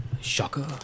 shocker